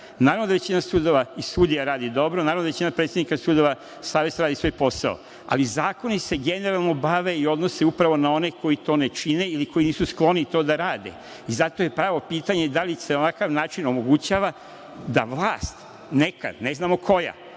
Naravno da većina sudova i sudija radi dobro, naravno da većina predsednika sudova savesno radi svoj posao, ali zakoni se generalno bave i odnose upravo na one koji to ne čine ili koji nisu skloni to da rade. Zato je pravo pitanje da li se na ovakav način omogućava da vlast nekad, ne znamo koja,